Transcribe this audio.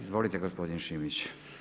Izvolite gospodin Šimić.